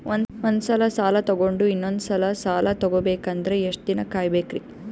ಒಂದ್ಸಲ ಸಾಲ ತಗೊಂಡು ಇನ್ನೊಂದ್ ಸಲ ಸಾಲ ತಗೊಬೇಕಂದ್ರೆ ಎಷ್ಟ್ ದಿನ ಕಾಯ್ಬೇಕ್ರಿ?